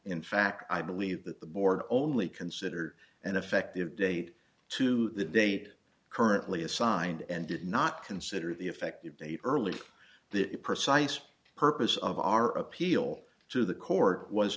in fact i believe that the board only considered an effective date to the date currently assigned and did not consider the effective date early the precise purpose of our appeal to the court was